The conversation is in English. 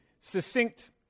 succinct